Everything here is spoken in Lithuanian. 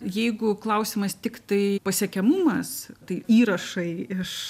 jeigu klausimas tiktai pasiekiamumas tai įrašai iš